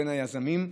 בין היזמים,